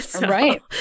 Right